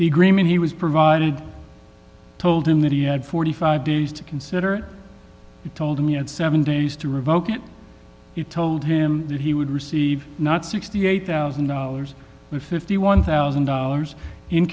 the agreement he was provided told him that he had forty five dollars days to consider it told me at seven days to revoke it told him that he would receive not sixty eight thousand dollars and fifty one thousand dollars in